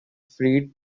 freed